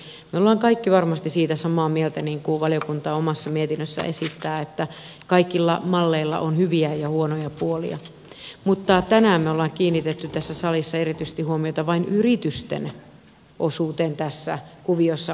me olemme kaikki varmasti siitä samaa mieltä niin kuin valiokunta omassa mietinnössään esittää että kaikilla malleilla on hyviä ja huonoja puolia mutta tänään me olemme kiinnittäneet tässä salissa huomiota erityisesti yritysten osuuteen tässä kuviossa